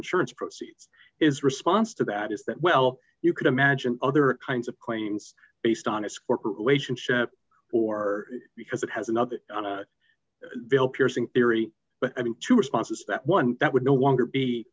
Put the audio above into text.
insurance proceeds is response to that is that well you can imagine other kinds of claims based on its corporate relationship or because it has another bill piercing theory but i mean two responses that one that would no